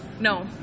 No